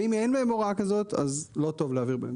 ואם אין להם הוראה כזאת, אז לא טוב להעביר תשתית.